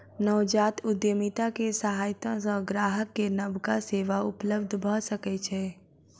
नवजात उद्यमिता के सहायता सॅ ग्राहक के नबका सेवा उपलब्ध भ सकै छै